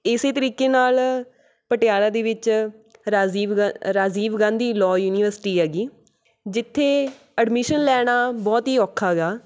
ਇਸ ਤਰੀਕੇ ਨਾਲ਼ ਪਟਿਆਲਾ ਦੇ ਵਿੱਚ ਰਾਜੀਵ ਗਾਂ ਰਾਜੀਵ ਗਾਂਧੀ ਲੋਅ ਯੂਨੀਵਰਸਿਟੀ ਹੈਗੀ ਜਿੱਥੇ ਐਡਮਿਸ਼ਨ ਲੈਣਾ ਬਹੁਤ ਹੀ ਔਖਾ ਹੈਗਾ